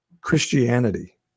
Christianity